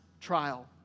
trial